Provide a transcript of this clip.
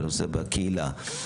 ובקהילה,